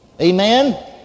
Amen